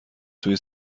توی